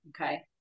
Okay